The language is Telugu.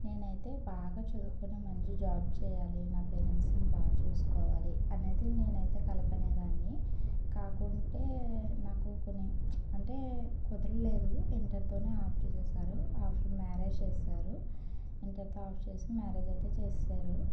నేనైతే బాగా చదువుకొని మంచి జాబ్ చేయాలి నా పేరెంట్స్ని బాగా చూసుకోవాలి అనేది నేను అయితే కలకనే దాన్ని కాకుంటే నాకు కొన్ని అంటే కుదరలేదు ఇంటర్తో ఆపేసారు ఆపి మ్యారేజ్ చేస్తారు ఇంటర్తో ఆపు చేసి మ్యారేజ్ అయితే చేస్తారు